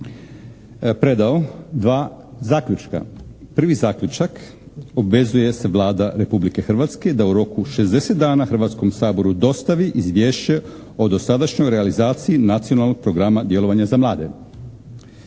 predao dva zaključka. Prvi zaključak: Obvezuje se Vlada Republike Hrvatske da u roku 60 dana Hrvatskom saboru dostavi izvješće o dosadašnjoj realizaciji Nacionalnog programa djelovanja za mlade.